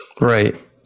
Right